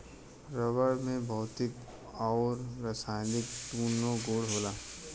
rubber में भौतिक आउर रासायनिक दून्नो गुण होला